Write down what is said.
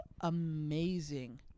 amazing